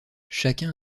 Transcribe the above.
chacun